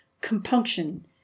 compunction